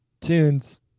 tunes